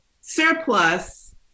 Surplus